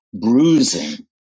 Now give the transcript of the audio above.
Bruising